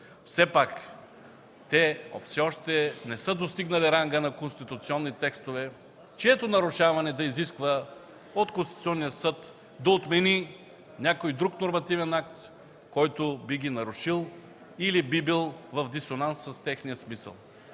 те все още не са достигнали ранга на конституционни текстове, чието нарушаване да изисква от Конституционния съд да отмени някой друг нормативен акт, който би ги нарушил или би бил в дисонанс с техния смисъл.